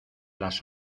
las